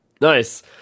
Nice